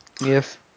Yes